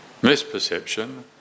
misperception